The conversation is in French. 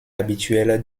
habituelle